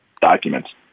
documents